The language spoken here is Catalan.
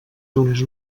donés